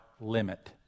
limit